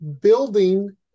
building